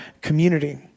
community